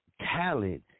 talent